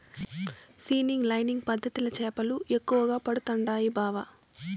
seining lining పద్ధతిల చేపలు ఎక్కువగా పడుతండాయి బావ